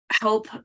help